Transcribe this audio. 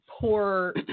poor